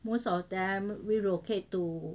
most of them relocate to